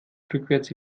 rückwärts